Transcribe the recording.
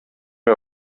wir